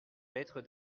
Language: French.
lettre